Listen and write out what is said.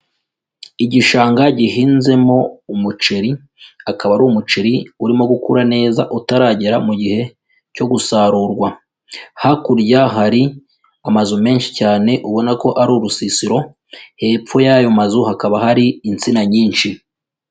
Igishanga gihinzemo umuceri, akaba ari umuceri urimo gukura neza utaragera mu gihe cyo gusarurwa, hakurya hari amazu menshi cyane ubona ko ari urusisiro, hepfo y'ayo mazu hakaba hari insina nyinshi.